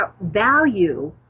value